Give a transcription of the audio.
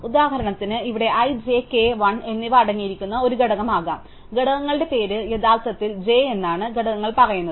ഉദാഹരണത്തിന് ഇവിടെ i j k l എന്നിവ അടങ്ങിയിരിക്കുന്ന ഒരു ഘടകമാകാം ഘടകങ്ങളുടെ പേര് യഥാർത്ഥത്തിൽ j എന്നാണ് ഘടനകൾ പറയുന്നത്